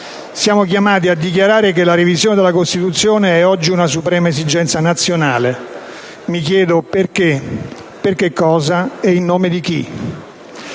Siamo chiamati a dichiarare che la revisione della Costituzione è oggi una suprema esigenza nazionale. Mi chiedo perché, per che cosa e in nome di chi.